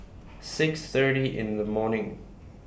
six thirty in The morning